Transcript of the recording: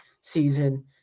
season